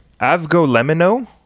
Avgolemino